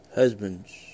Husbands